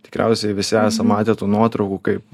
tikriausiai visi esam matę tų nuotraukų kaip